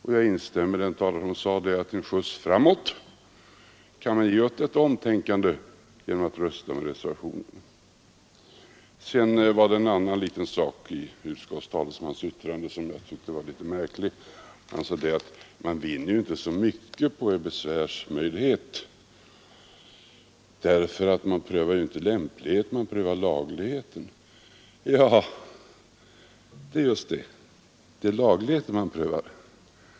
Jag instämmer med den talare som sade att man kan ge detta omtänkande en skjuts framåt genom att rösta på reservationen. Så var det en annan sak som jag tyckte var litet märklig i utskottets talesmans yttrande. Han sade att man inte vinner så mycket på en besvärsmöjlighet, eftersom det som prövas inte är lämpligheten utan lagligheten. Ja, det är just det; det är lagligheten man prövar.